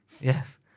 yes